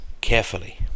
carefully